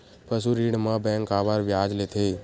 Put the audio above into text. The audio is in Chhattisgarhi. पशु ऋण म बैंक काबर ब्याज लेथे?